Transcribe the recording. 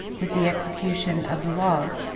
with the execution of the laws.